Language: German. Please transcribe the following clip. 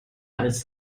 als